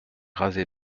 rasé